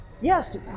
Yes